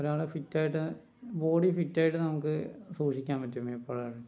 ഒരാളെ ഫിറ്റായിട്ട് ബോഡി ഫിറ്റായിട്ട് നമുക്ക് സൂക്ഷിക്കാൻ പറ്റും എപ്പോഴാണെങ്കിലും